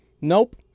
Nope